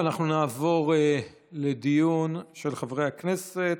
אנחנו נעבור לדיון של חברי הכנסת.